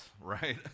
right